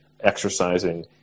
exercising